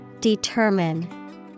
Determine